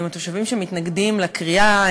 עם התושבים שמתנגדים לכרייה,